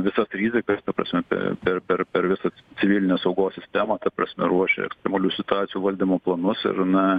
visas rizikas ta prasme pe per per per visą civilinės saugos sistemą ta prasme ruošia ekstremalių situacijų valdymo planus ir na